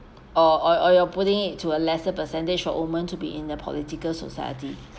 or or or you're putting it to a lesser percentage for women to be in the political society